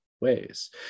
ways